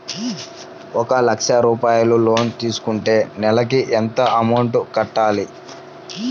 ఒక లక్ష రూపాయిలు లోన్ తీసుకుంటే నెలకి ఎంత అమౌంట్ కట్టాలి?